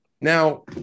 Now